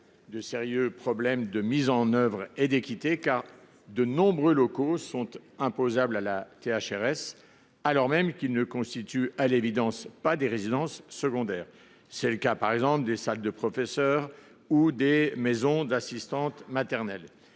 de sérieux problèmes de mise en œuvre et d’équité, car de nombreux locaux sont imposables à la THRS alors même qu’ils ne constituent pas, à l’évidence, des résidences secondaires. Tel est le cas par exemple des salles de professeurs ou des maisons d’assistantes maternelles.